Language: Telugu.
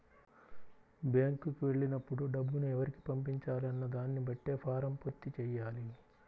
బ్యేంకుకి వెళ్ళినప్పుడు డబ్బుని ఎవరికి పంపించాలి అన్న దానిని బట్టే ఫారమ్ పూర్తి చెయ్యాలి